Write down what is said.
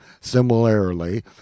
similarly